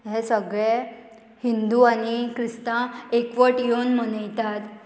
हें सगळें हिंदू आनी क्रिस्तांव एकवट येवन मनयतात